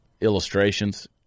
illustrations